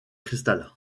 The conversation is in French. cristal